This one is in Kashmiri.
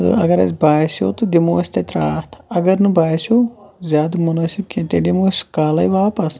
اگر اسہ باسیو تہٕ دِمو أسۍ تتہ راتھ اگر نہٕ باسیٚو زیاد مُنٲسِب کینٛہہ تیٚلہِ یِمو أسۍ کالے واپَس